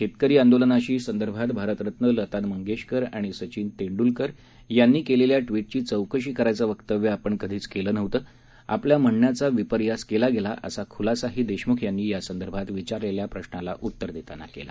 शेतकरी आंदोलनाशी संदर्भात भारतरत्न लता मंगेशकर आणि सचिन तेंडुलकर यांनी केलेल्या ट्वीटची चौकशी करायचं वक्तव्य आपण कधीच केलं नव्हतं आपल्या म्हणण्याचा विपर्यास केला गेला असा खुलासाही देशमुख यांनी यासंदर्भात विचारलेल्या प्रश्नाला उत्तर देताना केला